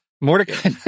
Mordecai